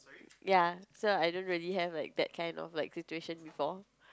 ya so I don't really have like that kind of situation before